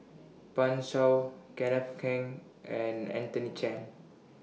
Pan Shou Kenneth Keng and Anthony Chen